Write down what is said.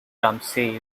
ramsey